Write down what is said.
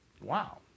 Wow